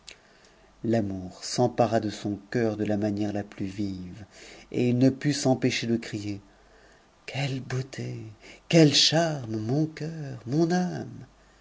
l'amour s'empara de son cœur de la manière la plusvive et il ne pm s'empêcher de s'écrier quelle beauté quels charmes moncceur mon âme